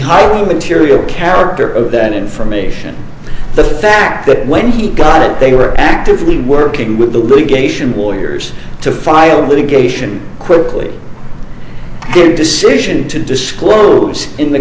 highway with period character of that information the fact that when he got it they were actively working with the litigation warriors to file litigation quickly good decision to disclose in the